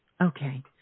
Okay